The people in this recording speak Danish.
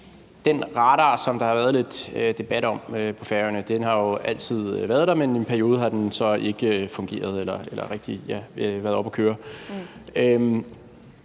den radar, som der har været lidt debat om på Færøerne. Den har jo altid været der, men i en periode har den så ikke fungeret eller rigtig været oppe at køre.